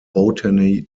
botany